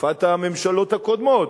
בתקופת הממשלות הקודמות,